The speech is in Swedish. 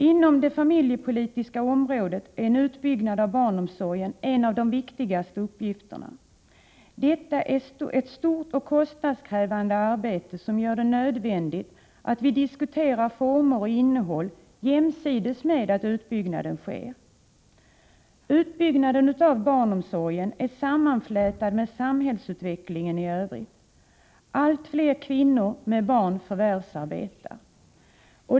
Inom det familjepolitiska området är en utbyggnad av barnomsorgen en av de viktigaste uppgifterna. Detta är ett stort och kostnadskrävande arbete som gör det nödvändigt att vi diskuterar former och innehåll jämsides med att utbyggnaden sker. Utbyggnaden av barnomsorgen är sammanflätad med samhällsutvecklingen i övrigt. Allt fler kvinnor med barn förvärvsarbetar.